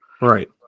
Right